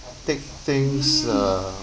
take things uh